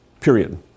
period